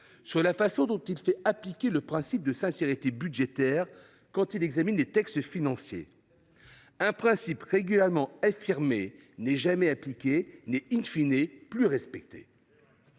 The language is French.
sur la façon dont il fait appliquer le principe de sincérité budgétaire quand il examine les textes financiers. Un principe régulièrement affirmé, mais jamais appliqué n’est,, plus respecté…